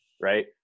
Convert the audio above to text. Right